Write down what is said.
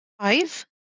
Five